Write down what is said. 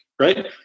right